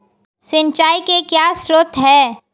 सिंचाई के क्या स्रोत हैं?